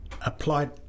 applied